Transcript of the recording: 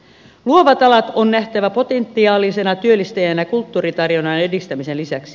luovat alat on nähtävä potentiaalisena työllistäjänä kulttuuritarjonnan edistämisen lisäksi